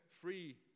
free